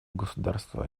государства